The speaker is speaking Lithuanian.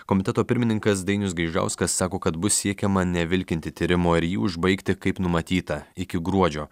komiteto pirmininkas dainius gaižauskas sako kad bus siekiama nevilkinti tyrimo ir jį užbaigti kaip numatyta iki gruodžio